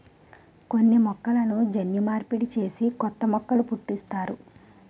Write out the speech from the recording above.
కొన్ని మొక్కలను జన్యు మార్పిడి చేసి కొత్త మొక్కలు పుట్టిస్తారు